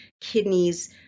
kidneys